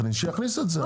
שיכניס את זה,